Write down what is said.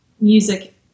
music